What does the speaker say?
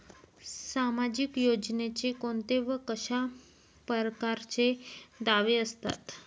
सामाजिक योजनेचे कोंते व कशा परकारचे दावे असतात?